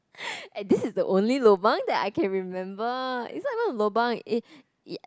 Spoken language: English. and this is the only lobang that I can remember it's not even lobang it ya